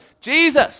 Jesus